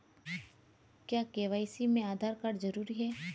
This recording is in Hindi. क्या के.वाई.सी में आधार कार्ड जरूरी है?